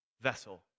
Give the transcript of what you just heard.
vessel